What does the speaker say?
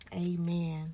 Amen